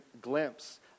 glimpse